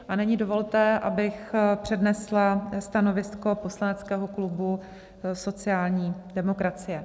A nyní dovolte, abych přednesla stanovisko poslaneckého klubu sociální demokracie.